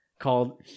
called